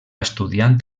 estudiant